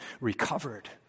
recovered